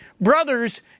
Brothers